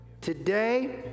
Today